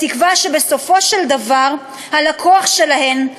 בתקווה שבסופו של דבר הלקוח שלהן,